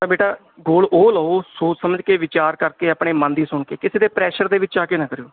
ਤਾਂ ਬੇਟਾ ਗੋਲ ਉਹ ਲਓ ਸੋਚ ਸਮਝ ਕੇ ਵਿਚਾਰ ਕਰਕੇ ਆਪਣੇ ਮਨ ਦੀ ਸੁਣ ਕੇ ਕਿਸੇ ਦੇ ਪ੍ਰੈਸ਼ਰ ਦੇ ਵਿੱਚ ਆ ਕੇ ਨਾ ਕਰਿਓ